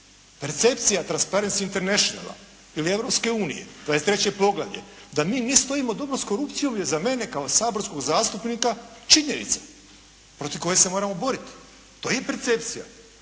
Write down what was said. Percepcija Transparents Internationala ili Europske unije 23 poglavlje da mi stojimo dobro s korupcijom je za mene kao saborskog zastupnika činjenica protiv koje se moramo boriti. To je percepcija,